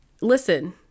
listen